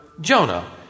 Jonah